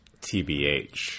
TBH